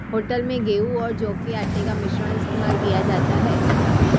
hotel में गेहूं और जौ के आटे का मिश्रण इस्तेमाल किया जाता है